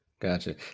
Gotcha